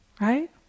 right